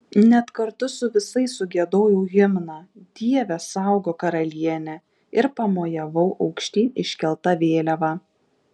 net kartu su visais sugiedojau himną dieve saugok karalienę ir pamojavau aukštyn iškelta vėliava